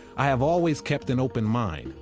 i have always kept an open mind,